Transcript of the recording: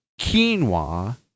quinoa